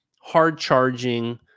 hard-charging